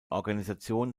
organisation